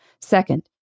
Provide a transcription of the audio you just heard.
Second